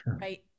Right